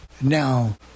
Now